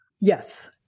Yes